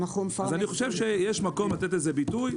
אני חושב שיש מקום לתת לזה ביטוי,